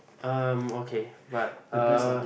um okay but uh